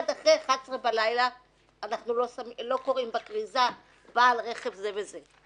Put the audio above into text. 1. אחרי 11 בלילה אנחנו לא קוראים בכריזה "בעל רכב זה וזה",